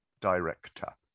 Director